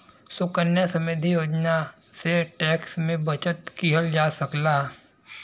सुकन्या समृद्धि योजना से टैक्स में बचत किहल जा सकला